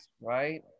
right